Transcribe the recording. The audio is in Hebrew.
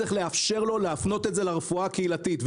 צריך לאפשר לו להפנות את זה לרפואה הקהילתית.